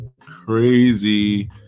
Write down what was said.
crazy